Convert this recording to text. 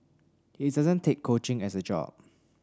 he doesn't take coaching as a job